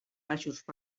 baixos